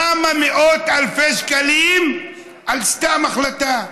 כמה מאות אלפי שקלים על סתם החלטה.